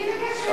מי ביקש חינוך?